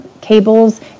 cables